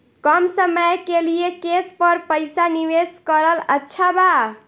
कम समय के लिए केस पर पईसा निवेश करल अच्छा बा?